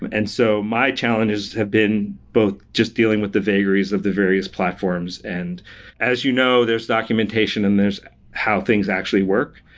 and and so, my challenges have been both just dealing with the vagaries of the various platforms. and as you know, there's documentation and there's how things actually work.